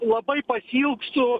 labai pasiilgstu